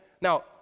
Now